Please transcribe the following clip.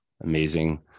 amazing